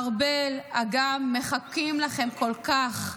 ארבל, אגם, מחכים לכן כל כך.